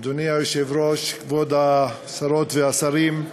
אדוני היושב-ראש, כבוד השרות והשרים,